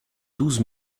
douze